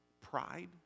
pride